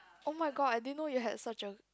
oh-my-god I didn't know you had such a